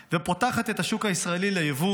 ופותחת את השוק הישראלי ליבוא,